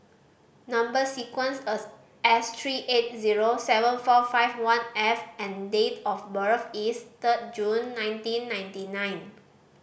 number sequence S three eight zero seven four five one F and date of birth is third June nineteen ninety nine